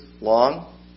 long